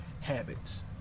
habits